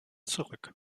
zurück